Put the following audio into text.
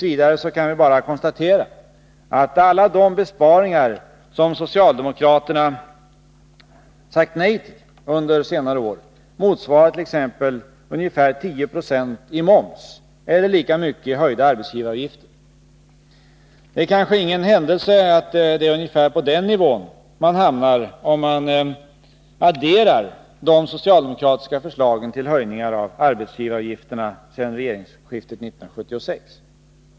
T. v. kan vi bara konstatera att alla de besparingar som socialdemokraterna sagt nej till under senare år motsvarar t.ex. ungefär 10 Jo i moms eller lika mycket i höjda arbetsgivaravgifter. Det är kanske ingen händelse att det är ungefär på den nivån man hamnar, om man adderar de socialdemokratiska förslagen till höjningar av arbetsgivaravgifterna sedan regeringsskiftet 1976?